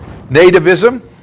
Nativism